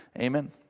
amen